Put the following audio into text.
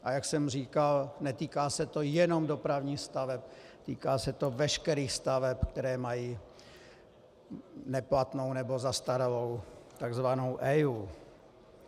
A jak jsem říkal, netýká se to jenom dopravních staveb, týká se to veškerých staveb, které mají neplatnou nebo zastaralou takzvanou EIA.